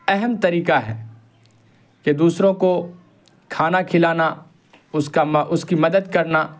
اہم طریقہ ہے کہ دوسروں کو کھانا کھلانا اس کا اس کی مدد کرنا